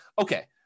okay